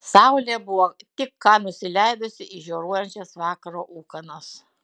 saulė buvo tik ką nusileidusi į žioruojančias vakaro ūkanas